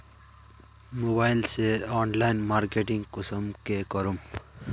Mobile से online marketing कुंसम के करूम?